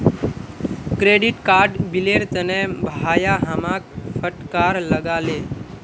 credit card बिलेर तने भाया हमाक फटकार लगा ले